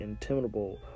intimidable